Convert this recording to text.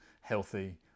healthy